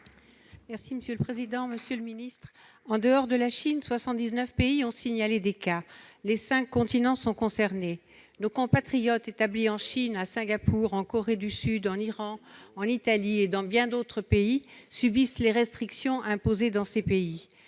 Deromedi. Monsieur le président, monsieur le ministre, en dehors de la Chine, 79 pays ont signalé des cas. Les cinq continents sont concernés. Nos compatriotes établis en Chine, à Singapour, en Corée du Sud, en Iran, en Italie et dans bien d'autres pays, subissent les restrictions qui y sont imposées.